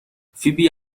فیبی